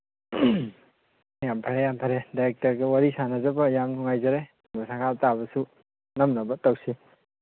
ꯌꯥꯝ ꯐꯔꯦ ꯌꯥꯝ ꯐꯔꯦ ꯗꯥꯏꯔꯦꯛꯇꯔꯒ ꯋꯥꯔꯤ ꯁꯥꯅꯖꯕ ꯌꯥꯝ ꯅꯨꯡꯉꯥꯏꯖꯔꯦ ꯃꯈꯥ ꯇꯥꯕꯁꯨ ꯅꯝꯅꯕ ꯇꯧꯁꯤ